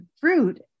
fruit